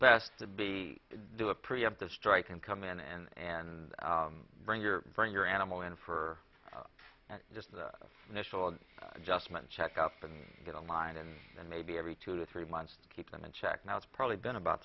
best to be do a preemptive strike and come in and and bring your bring your animal in for just the initial adjustment checkup and get on line and then maybe every two to three months to keep them in check now it's probably been about